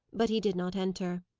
but he did not enter.